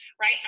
right